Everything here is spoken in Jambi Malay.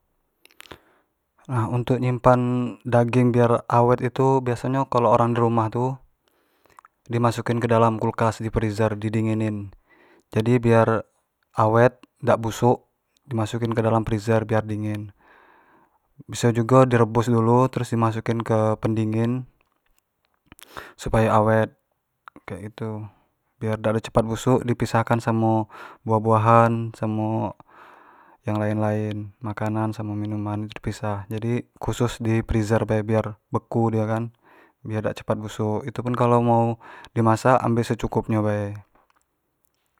Nah untuk nyimpan daging biak awet tu, biaso nyo kalu orang di rumah tu di masuk in kedala kulkas freezer di dingin in, jadi biar awet dak busuk di masuk in ke dalam freezer biar dingin, biso jugo di rebus dulu terus di masuk in ke pendingin supayo awet kek gitu, biar dak ado cepat busuk di pisahkan samo buah-buahan, samo yang lain-lain makanan samo minuman tu di pisah, jadi khusus freezer bae biar beku dio kan biar dak cepat busuk, itu pun kalua mau di masak ambek secukup nyo bae